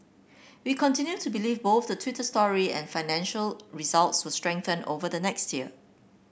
we continue to believe both the Twitter story and financial results will strengthen over the next year